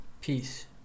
Peace